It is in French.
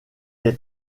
est